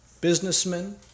businessmen